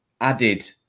added